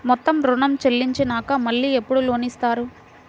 మొత్తం ఋణం చెల్లించినాక మళ్ళీ ఎప్పుడు లోన్ ఇస్తారు?